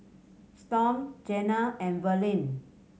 Storm Jena and Verlene